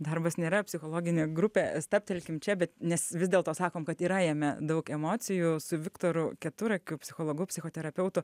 darbas nėra psichologinė grupė stabtelkim čia bet nes vis dėlto sakom kad yra jame daug emocijų su viktoru keturakiu psichologu psichoterapeutu